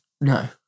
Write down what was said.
No